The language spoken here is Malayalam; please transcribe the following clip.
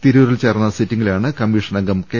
തിരൂരിൽ ചേർന്ന സിറ്റിംഗിലാണ് കമ്മീഷൻ അംഗം കെ